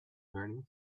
learning